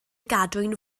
gadwyn